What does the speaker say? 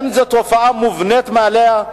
אין זו תופעה מובנת מאליה,